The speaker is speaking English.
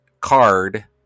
card